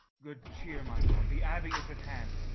good cheer, my lord, the abbey is at hand.